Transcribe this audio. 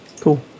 Cool